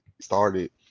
started